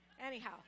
Anyhow